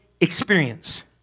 experience